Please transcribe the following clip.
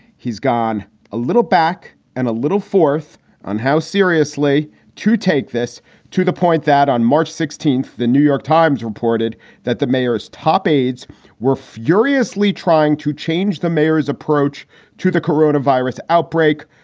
he's gone a little back and a little forth on how seriously to take this to the point that on march sixteenth, the new york times reported that the mayor's top aides were furiously trying to change the mayor's approach to the corona virus outbreak.